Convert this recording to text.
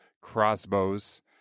crossbows